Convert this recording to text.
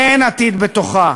ואין עתיד בתוכה.